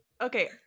Okay